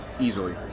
Easily